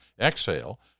exhale